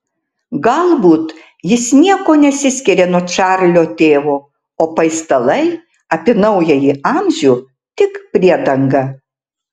galbūt jis niekuo nesiskiria nuo čarlio tėvo o paistalai apie naująjį amžių tik priedanga